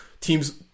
teams